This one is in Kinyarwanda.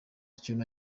kintu